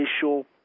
official